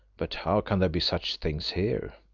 but how can there be such things here?